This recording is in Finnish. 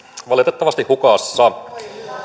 valitettavasti hukassa